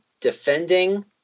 Defending